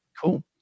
Cool